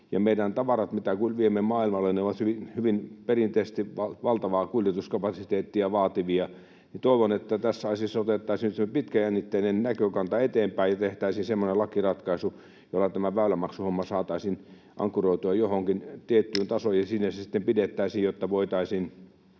meidän tavarat, mitä viemme maailmalle, ovat hyvin perinteisesti valtavaa kuljetuskapasiteettia vaativia. Toivon, että tässä asiassa otettaisiin semmoinen pitkäjännitteinen näkökanta eteenpäin ja tehtäisiin semmoinen lakiratkaisu, jolla tämä väylämaksuhomma saataisiin ankkuroitua johonkin tiettyyn tasoon ja siinä se sitten pidettäisiin, jotta voitaisiin